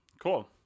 cool